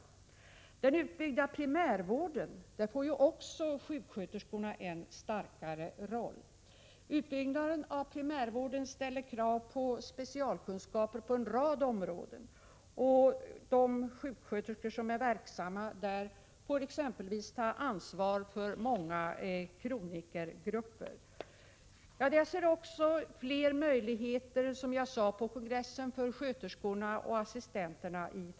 Också i den utbyggda primärvården får sjuksköterskorna en större roll. Utbyggnaden av primärvården ställer krav på specialkunskaper på en rad områden, och de sjuksköterskor som är verksamma inom denna får exempelvis ta ansvar för många kronikergrupper. Som jag sade på kongres 45 sen ser jag fler möjligheter i framtiden också för sköterskorna och assistenterna.